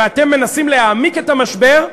ואתם מנסים להעמיק את המשבר.